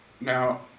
Now